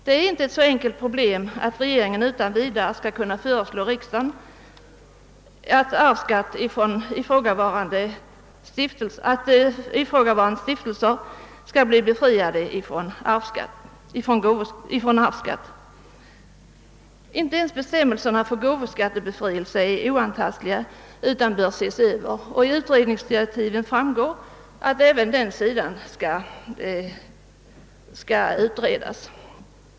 Detta är inte ett så enkelt problem, att regeringen utan vidare kan föreslå riksdagen att ifrågavarande stiftelser skall bli befriade från arvsskatt. Inte ens bestämmelserna för gåvoskattebefrielse är oantastliga utan bör ses över. Av utredningsdirektiven framgår att även den sidan av saken bör utredas.